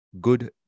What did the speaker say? good